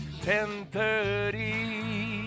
1030